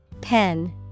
Pen